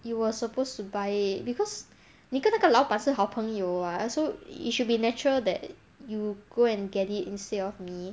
you were supposed to buy it because 你跟那个老板是好朋友 [what] so it should be natural that you go and get it instead of me